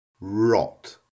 rot